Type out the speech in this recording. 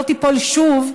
לא תיפול שוב,